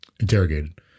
interrogated